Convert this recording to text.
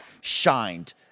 shined